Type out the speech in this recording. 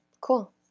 Cool